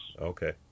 Okay